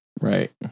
right